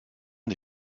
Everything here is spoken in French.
des